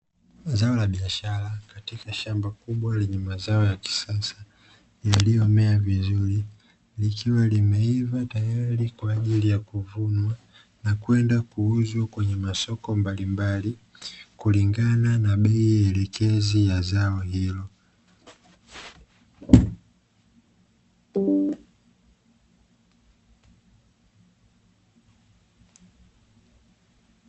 Zao la biashara katika shamba kubwa lenye mazao ya kisasa yaliyomea vizuri likiwa limeiva tayari kwa ajili ya kuvunwa na kwenda kuuzwa kwenye masoko mbalimbali kulingana na bei elekezi ya zao hilo